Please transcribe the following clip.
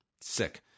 Sick